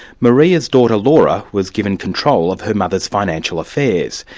maria's daughter, laura, was given control of her mother's financial affairs,